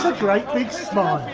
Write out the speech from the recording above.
great big smile.